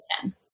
ten